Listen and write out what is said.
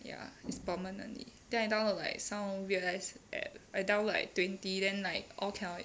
ya is permanently then I download like some weird ass app I download like twenty then like cannot